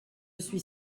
suis